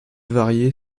varier